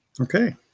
Okay